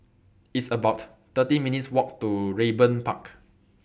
It's about thirteen minutes' Walk to Raeburn Park